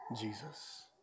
Jesus